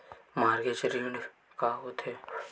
Mortgage ऋण का होथे?